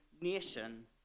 nation